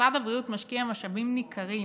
משרד הבריאות משקיע משאבים ניכרים